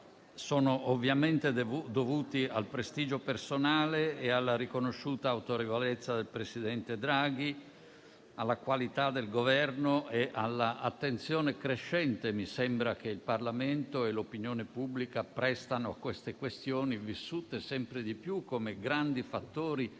sono ovviamente dovuti al prestigio personale e alla riconosciuta autorevolezza del presidente Draghi, alla qualità del Governo e all'attenzione crescente - mi sembra - che il Parlamento e l'opinione pubblica prestano a queste questioni, vissute sempre di più come grandi fattori